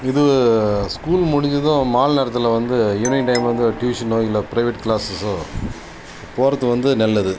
இது ஸ்கூல் முடிஞ்சதும் மாலை நேரத்தில் வந்து ஈவினிங் டைம் வந்து ஒரு ட்யூஷனோ இல்லை பிரைவேட் கிளாஸஸோ போகிறது வந்து நல்லது